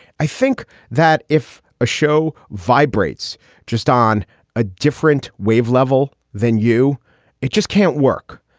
i think that if a show vibrates just on a different wave level, then you it just can't work.